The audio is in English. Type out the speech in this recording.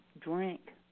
drink